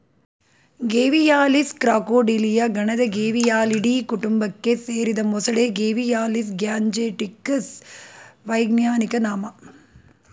Gavialis Crocodylia ಗಣದ Gavialidae ಕುಟುಂಬಕ್ಕೆ ಸೇರಿದ ಮೊಸಳೆ ಗೇವಿಯಾಲಿಸ್ ಗ್ಯಾಂಜೆಟಿಕಸ್ ವೈಜ್ಞಾನಿಕ ನಾಮ